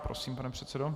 Prosím, pane předsedo.